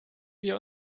wir